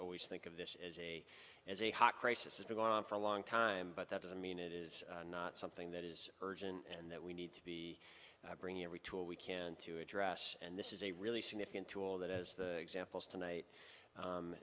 always think of this as a as a hot crisis if we go on for a long time but that doesn't mean it is not something that is urgent and that we need to be bringing every tool we can to address and this is a really significant tool that as examples tonight